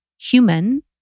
human